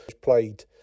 played